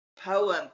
poem